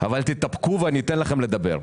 אבל תתאפקו ואני אתן לכם לדבר.